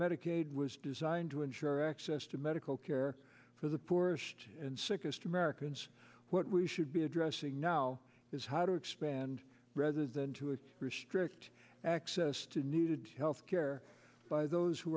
medicaid was designed to ensure access to medical care for the poorest and sickest americans what we should be addressing now is how to expand rather than to have restrict access to needed health care by those who